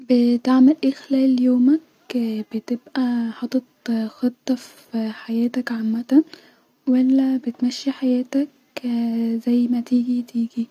بتعمل ايه خلال يومك بتبقي حاطط خطه في حياتك عمتا- ولا بتمشي حياتك زي ما تيجي